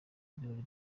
ibirori